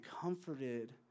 comforted